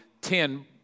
ten